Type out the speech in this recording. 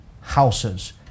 houses